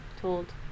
told